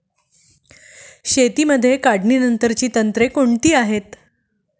शेतीमध्ये काढणीनंतरची तंत्रे कोणती आहेत?